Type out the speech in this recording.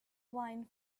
wine